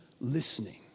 listening